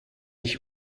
ich